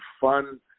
fun